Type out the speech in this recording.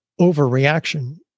overreaction